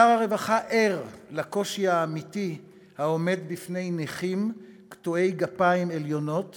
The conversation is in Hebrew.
שר הרווחה ער לקושי האמיתי העומד בפני נכים קטועי גפיים עליונות